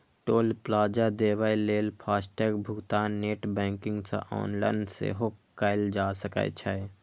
टोल plaza देबय लेल FASTag भुगतान नेट बैंकिंग सं ऑनलाइन सेहो कैल जा सकै छै